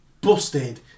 busted